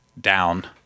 down